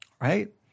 Right